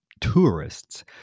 tourists